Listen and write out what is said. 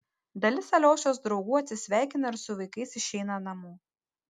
dalis aliošos draugų atsisveikina ir su vaikais išeina namo